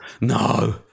No